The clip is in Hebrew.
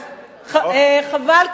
אז חבל,